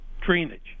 drainage